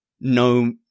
no